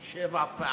שבע פעמים,